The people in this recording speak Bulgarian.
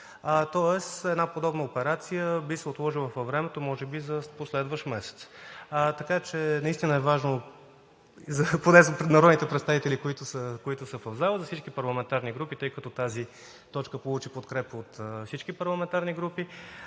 Тоест една подобна операция би се отложила във времето – може би за последващ месец. Така че наистина е важно поне за пред народните представители, които са в залата, за всички парламентарни групи, тъй като тази точка получи подкрепа от всички парламентарни групи,